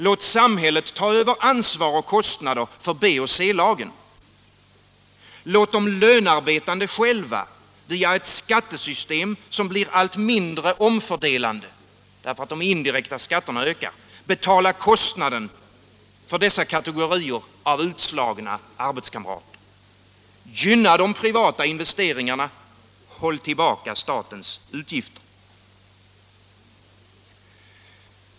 Låt samhället ta över ansvar och kostnader för B och C-lagen! Låt de lönarbetande själva via ett skattesystem som blir allt mindre omfördelande — därför att de indirekta skatterna ökar — betala kostnaderna för kategorin av utslagna arbetskamrater! Gynna de privata investeringarna, håll tillbaka statens utgifter!